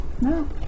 No